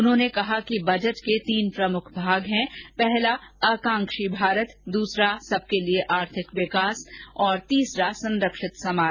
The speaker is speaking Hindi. उन्होंने कहा कि बजट के तीन प्रमुख भाग हैं पहला आकांक्षी भारत दूसरा सबसे के लिए आर्थिक विकास और तीसरा संरक्षित समाज